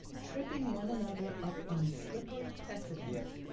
tripping one another up on slippery precedents,